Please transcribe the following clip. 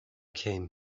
came